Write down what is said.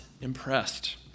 impressed